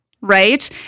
right